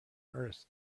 earth